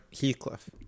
Heathcliff